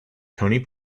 tony